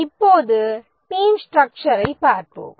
இப்போது டீம் ஸ்டரக்சுரை பார்ப்போம்